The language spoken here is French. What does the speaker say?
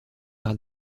par